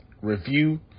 review